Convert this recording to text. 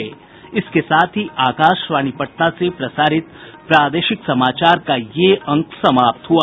इसके साथ ही आकाशवाणी पटना से प्रसारित प्रादेशिक समाचार का ये अंक समाप्त हुआ